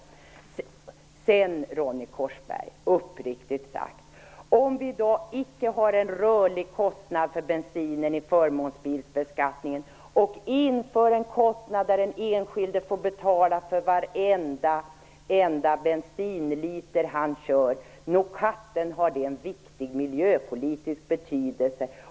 Uppriktigt sagt, Ronny Korsberg: Om vi i dag inte har en rörlig kostnad för bensinen i förmånsbilsbeskattningen och inför en kostnad där den enskilde får betala för varenda bensinliter han kör - nog katten har det en stor miljöpolitisk betydelse!